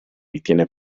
ritiene